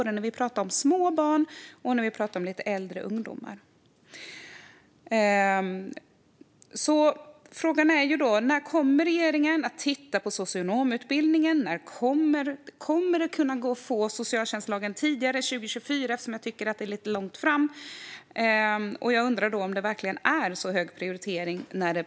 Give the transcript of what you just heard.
Det gäller både små barn och lite äldre ungdomar. Frågan är när regeringen kommer att titta på socionomutbildningen. Går det att få socialtjänstlagen att träda i kraft tidigare än 2024, som jag tycker är lite väl långt fram?